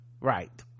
Right